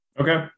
Okay